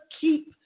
keep